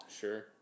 Sure